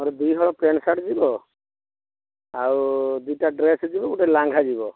ଆମର ଦୁଇହଳ pant shirt ଯିବ ଆଉ ଦୁଇଟା ଡ୍ରେସ୍ ଯିବ ଗୋଟେ ଲାଙ୍ଘା ଯିବ